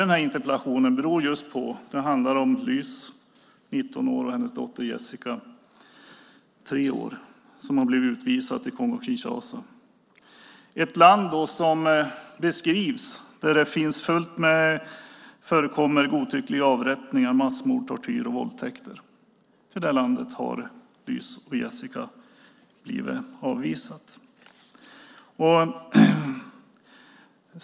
Den här interpellationen handlar om Lys, 19 år, och hennes dotter Jessica, tre år, som har blivit utvisade till Kongo-Kinshasa. Det är ett land där det beskrivs förekomma godtyckliga avrättningar, massmord, tortyr och våldtäkter. Till det landet har Lys och Jessica blivit avvisade.